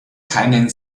keinen